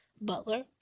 Butler